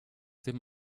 dem